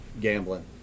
gambling